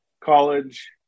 college